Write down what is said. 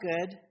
good